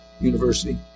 University